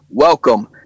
Welcome